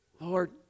Lord